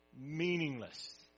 Meaningless